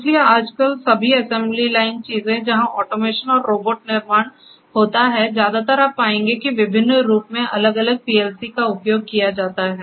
इसलिए आजकल सभी असेंबली लाइन चीजें जहां ऑटोमेशन और रोबोट निर्माण होता है ज्यादातर आप पाएंगे कि विभिन्न रूपों में अलग अलग PLC का उपयोग किया जाता है